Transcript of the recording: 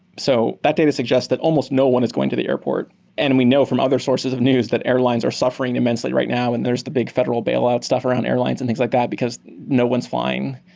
so that data suggests that almost no one is going to the airport and we know from other sources of news that airlines are suffering immensely right now and there's the big federal bailout stuff around airlines and things like that because no one's flying.